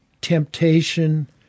temptation